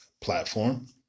platform